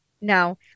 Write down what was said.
No